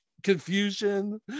confusion